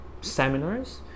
seminars